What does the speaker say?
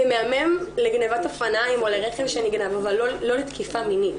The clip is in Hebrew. זה מהמם לגניבת אופניים או לרכב שנגנב אבל לא לתקיפה מינית,